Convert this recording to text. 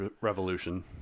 Revolution